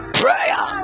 prayer